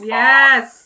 yes